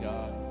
God